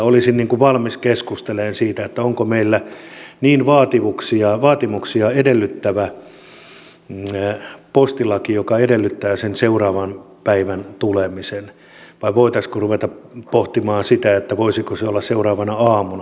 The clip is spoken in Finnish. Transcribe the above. olisin valmis keskustelemaan siitä onko meillä niin vaatimuksia edellyttävä postilaki joka edellyttää sen seuraavana päivänä tulemisen vai voitaisiinko ruveta pohtimaan sitä voisiko se olla seuraavana aamuna